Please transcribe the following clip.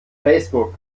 facebook